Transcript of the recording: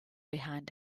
behind